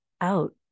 out